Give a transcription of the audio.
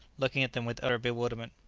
looking at them with utter bewilderment.